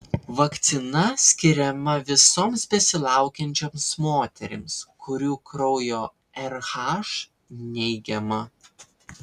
vakcina skiriama visoms besilaukiančioms moterims kurių kraujo rh neigiama